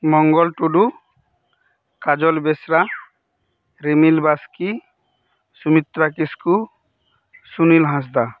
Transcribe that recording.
ᱢᱚᱝᱜᱚᱞ ᱴᱩᱰᱩ ᱠᱟᱡᱚᱞᱵᱮᱥᱨᱟ ᱨᱤᱢᱤᱞ ᱵᱟᱥᱠᱮ ᱥᱩᱢᱤᱛᱨᱟ ᱠᱤᱥᱠᱩ ᱥᱩᱱᱤᱞ ᱦᱟᱸᱥᱫᱟ